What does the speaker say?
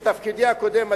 בתפקידי הקודם,